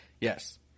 Yes